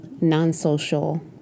non-social